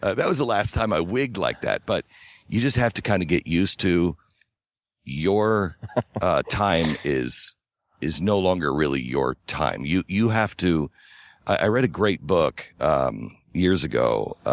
ah that was the last time i wigged like that. but you just have to kind of get used to your time is is no longer really your time. you you have to i read a great book um years ago.